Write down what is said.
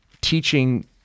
teaching